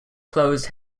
closed